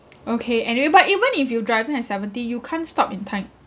okay anyway but even if you're driving at seventy you can't stop in time